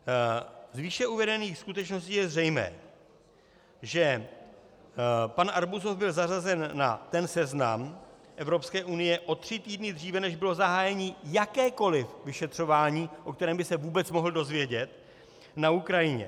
Z výše uvedených skutečností je zřejmé, že pan Arbuzov byl zařazen na ten seznam Evropské unie o tři týdny dříve, než bylo zahájeno jakékoliv vyšetřování, o kterém by se vůbec mohl dozvědět, na Ukrajině.